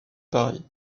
paris